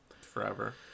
Forever